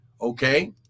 okay